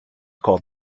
called